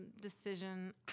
decision